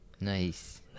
Nice